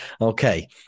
Okay